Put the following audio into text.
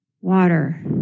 water